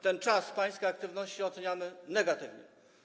Ten czas pańskiej aktywności oceniamy negatywnie.